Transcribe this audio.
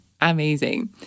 amazing